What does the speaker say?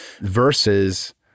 versus